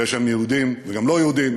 ויש שם יהודים וגם לא-יהודים,